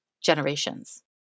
generations